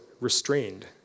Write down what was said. restrained